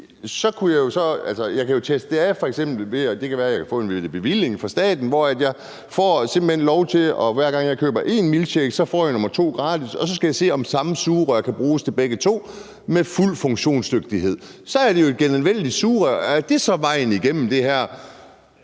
Jeg kan jo teste det af, ved at jeg f.eks. får en bevilling fra staten, hvor jeg simpelt hen får lov til, hver gang jeg køber en milkshake, at få nummer to gratis, og så skal jeg se, om det samme sugerør kan bruges til begge to med fuld funktionsdygtighed, for så er det jo et genanvendeligt sugerør. Er det så vejen igennem den her